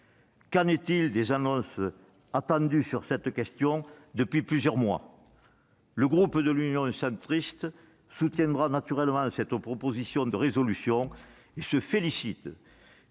Qu'en est-il des annonces attendues sur cette question depuis plusieurs mois ? Le groupe Union Centriste soutiendra bien évidemment cette proposition de résolution. Il se félicite